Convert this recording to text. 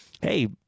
hey—